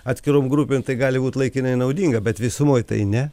atskirom grupėm tai gali būt laikinai naudinga bet visumoj tai ne